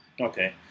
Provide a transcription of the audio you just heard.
Okay